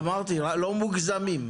רק אמרתי, לא מוגזמים.